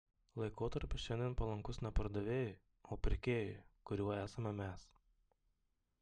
laikotarpis šiandien palankus ne pardavėjui o pirkėjui kuriuo esame mes